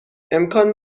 امکان